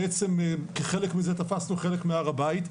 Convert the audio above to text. וכחלק מזה תפסנו חלק מהר הבית,